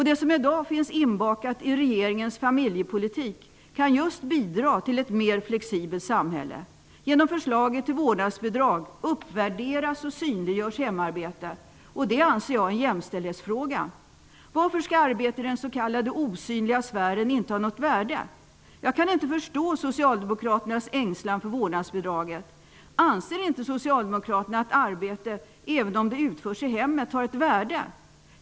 Det som i dag finns inbakat i regeringens familjepolitik kan just bidra till ett mer flexibelt samhälle. Genom förslaget till vårdnadsbidrag uppvärderas och synliggörs hemarbetet. Det anser jag är en jämställdhetsfråga. Varför skall arbetet i den s.k. osynliga sfären inte ha något värde? Jag kan inte förstå socialdemokraternas ängslan för vårdnadsbidraget. Anser inte socialdemokraterna att arbete, även om det utförs i hemmet, har ett värde?